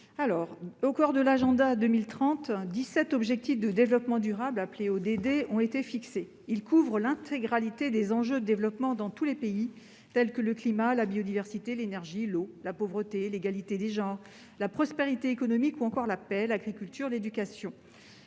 Au cours de l'agenda 2030, dix-sept objectifs de développement durable, les ODD, ont été fixés. Ils couvrent l'intégralité des enjeux de développement durable dans tous les pays, tels que le climat, la biodiversité, l'énergie, l'eau, la pauvreté, l'égalité des genres, la prospérité économique ou encore la paix, l'agriculture, l'éducation.